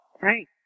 Right